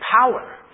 power